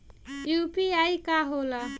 UPI का होला?